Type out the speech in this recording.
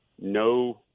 no